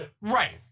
right